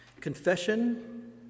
Confession